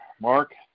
Mark